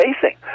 facing